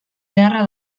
beharra